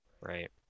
Right